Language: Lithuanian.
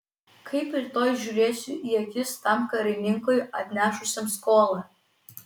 kaip rytoj žiūrėsiu į akis tam karininkui atnešusiam skolą